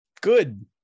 Good